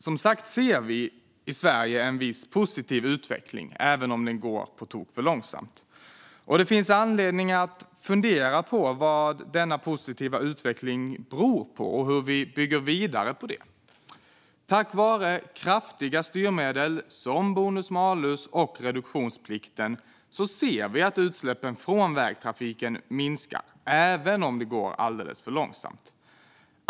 Som sagt ser vi i Sverige en viss positiv utveckling, även om den går på tok för långsamt. Det finns anledning att fundera på vad denna positiva utveckling beror på och hur vi bygger vidare på det. Tack vare kraftiga styrmedel som bonus malus och reduktionsplikten ser vi att utsläppen från vägtrafiken minskar, även om det går alldeles för långsamt.